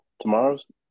tomorrow's